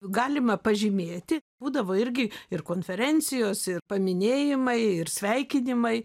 galima pažymėti būdavo irgi ir konferencijos ir paminėjimai ir sveikinimai